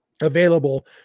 available